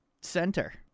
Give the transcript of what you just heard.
center